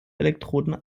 elektroden